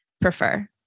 prefer